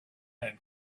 had